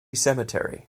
cemetery